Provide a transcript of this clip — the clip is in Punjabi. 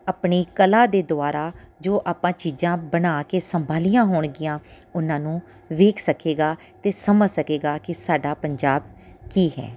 ਆਪਣੀ ਕਲਾ ਦੇ ਦੁਆਰਾ ਜੋ ਆਪਾਂ ਚੀਜ਼ਾਂ ਬਣਾ ਕੇ ਸੰਭਾਲੀਆਂ ਹੋਣਗੀਆਂ ਉਹਨਾਂ ਨੂੰ ਵੇਖ ਸਕੇਗਾ ਅਤੇ ਸਮਝ ਸਕੇਗਾ ਕਿ ਸਾਡਾ ਪੰਜਾਬ ਕੀ ਹੈ